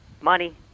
Money